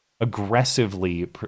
aggressively